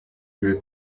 will